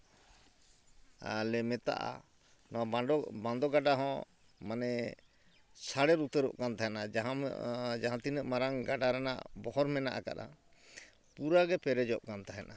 ᱞᱮ ᱢᱮᱛᱟᱜᱼᱟ ᱱᱚᱣᱟ ᱵᱟᱸᱰᱚ ᱵᱟᱸᱫᱚ ᱜᱟᱰᱟ ᱦᱚᱸ ᱢᱟᱱᱮ ᱥᱟᱨᱮᱲ ᱩᱛᱟᱹᱨᱚᱜ ᱠᱟᱱ ᱛᱟᱦᱮᱱᱟ ᱡᱟᱦᱟᱸ ᱡᱟᱦᱟᱸ ᱛᱤᱱᱟᱹᱜ ᱢᱟᱨᱟᱝ ᱜᱟᱰᱟ ᱨᱮᱱᱟᱜ ᱵᱚᱦᱚᱨ ᱢᱮᱱᱟᱜ ᱠᱟᱫᱼᱟ ᱯᱩᱨᱟᱹ ᱜᱮ ᱯᱮᱨᱮᱡᱚᱜ ᱠᱟᱱ ᱛᱟᱦᱮᱸᱫᱼᱟ